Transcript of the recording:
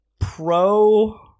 pro